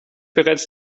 bereits